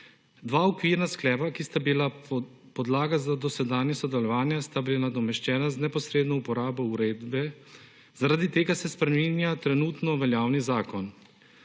Dva okvirna sklepa, ki sta bila podlaga za dosedanje sodelovanje sta bila nadomeščena z neposredno uporabo uredbe, zaradi tega se spreminja trenutno veljavni zakon.